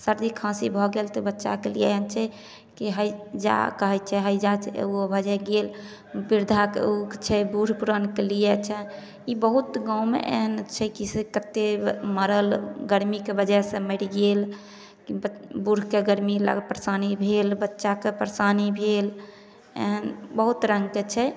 सर्दी खाँसी भऽ गेल तऽ बच्चाके जे हइ से हैजा कहै छियै हैजा ओ भऽ जाइ गेल बृद्धाके ओ बूढ़ पुरानके लिए छै ई बहुत गाँवमे एहन छै की कत्ते मारल गर्मीके वजह सऽ मरि गेल बूढ़के गर्मी लए परशानी भेल बच्चाके परशानी भेल एहेन बहुत तरहके छै